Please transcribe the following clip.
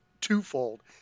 twofold